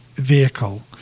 vehicle